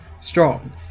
strong